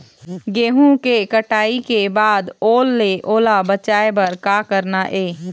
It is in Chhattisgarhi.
गेहूं के कटाई के बाद ओल ले ओला बचाए बर का करना ये?